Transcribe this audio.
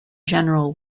general